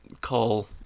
call